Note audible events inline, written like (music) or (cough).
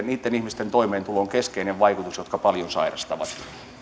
(unintelligible) niitten ihmisten toimeentuloon keskeinen vaikutus jotka paljon sairastavat